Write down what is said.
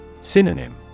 Synonym